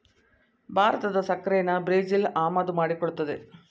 ಭಾರತದ ಸಕ್ಕರೆನಾ ಬ್ರೆಜಿಲ್ ಆಮದು ಮಾಡಿಕೊಳ್ಳುತ್ತದೆ